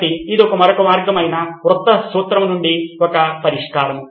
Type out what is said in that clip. కాబట్టి ఇది మరొక మార్గం అయిన వృత్త సూత్రం నుండి ఒక పరిష్కారం